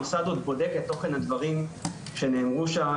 המוסד עוד בודק את תוכן הדברים שנאמרו שם.